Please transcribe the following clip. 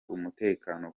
umutekano